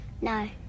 No